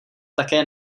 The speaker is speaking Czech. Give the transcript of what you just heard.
také